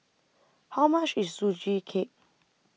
How much IS Sugee Cake